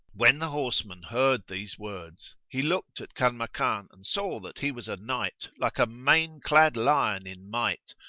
when the horseman heard these words, he looked at kanmakan and saw that he was a knight like a mane-clad lion in might,